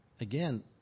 Again